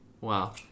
wow